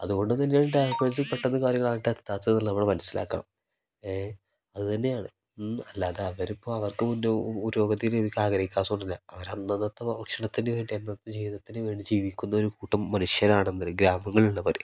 അതുകൊണ്ട് തന്നെയാണ് ഡാവെലെപ്മെൻറ്സ് പെട്ടെന്ന് കാര്യങ്ങൾ അങ്ങോട്ട് എത്താത്തത് എന്ന് നമ്മൾ മനസ്സിലാക്കണം ഏ അതു തന്നെയാണ് മ് അല്ലാതെ അവരിപ്പോൾ അവർക്ക് പുരോഗതി ജീവിക്കാൻ ആഗ്രഹിക്കാത്തതുകൊണ്ട് അല്ല അവർ അന്നന്നത്തെ ഭക്ഷണത്തിന് വേണ്ടി അന്നന്നത്തെ ജീവിതത്തിന് വേണ്ടി ജീവിക്കുന്ന ഒരു കൂട്ടം മനുഷ്യരാണെന്നവർ ഗ്രാമങ്ങളിലുള്ളവർ